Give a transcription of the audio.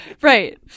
Right